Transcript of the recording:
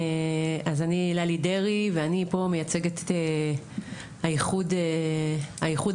אז אני ללי דרעי ואני פה מייצגת את הייחוד המסורתי